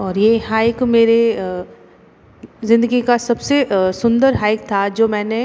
और ये हाइक मेरे ज़िंदगी का सब से सुंदर हाइक था जो मैंने